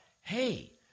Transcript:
Hey